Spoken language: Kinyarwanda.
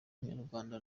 munyarwanda